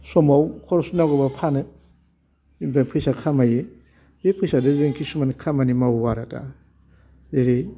समाव खरस नांगौबा फानो ओमफ्राय फैसा खामाइयो बे फैसाजों जों खिसुमान खामानि मावयो आरो दा जेरै